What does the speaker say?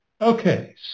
Okay